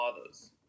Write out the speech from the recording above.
others